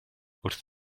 wrth